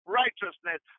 righteousness